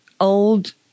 old